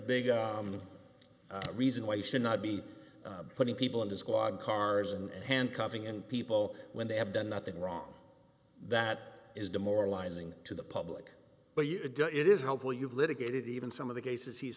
big reason why you should not be putting people into squad cars and handcuffing in people when they have done nothing wrong that is demoralizing to the public but it is helpful you've litigated even some of the cases he's